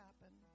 happen